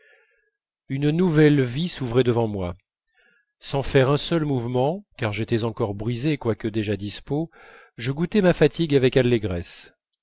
une nouvelle vie s'ouvrait devant moi sans faire un seul mouvement car j'étais encore brisé quoique déjà dispos je goûtais ma fatigue avec allégresse